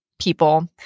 people